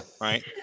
right